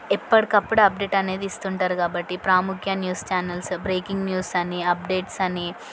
ఎప్పటికప్పుడు అప్డేట్ అనేది ఇస్తుంటారు కాబట్టి ప్రాముఖ్య న్యూస్ ఛానల్స్ బ్రేకింగ్ న్యూస్ అని అప్డేట్స్ అని